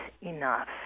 enough